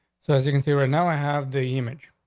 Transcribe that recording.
so as you can see right now, i have the image.